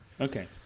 Okay